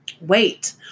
Wait